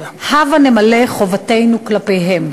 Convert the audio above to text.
הבה נמלא חובתנו כלפיהם.